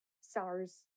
SARS